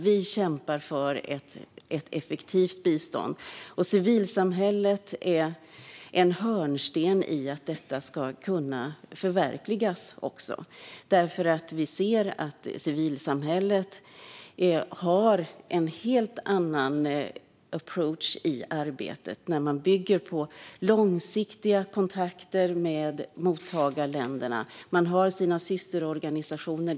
Vi kämpar för ett effektivt bistånd, och civilsamhället är en hörnsten i att detta ska kunna förverkligas därför att vi ser att civilsamhället har en helt annan approach i arbetet. Man bygger på långsiktiga kontakter med mottagarländerna. Man har sina systerorganisationer.